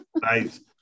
Nice